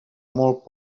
molt